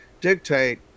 dictate